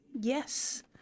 Yes